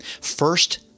First